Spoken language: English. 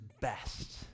best